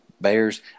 Bears